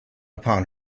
upon